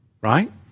right